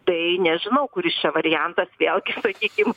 tai nežinau kuris čia variantas vėlgi sakykim